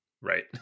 Right